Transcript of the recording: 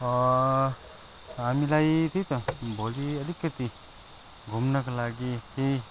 हामीलाई त्यही त भोलि अलिकति घुम्नका लागि